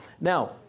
Now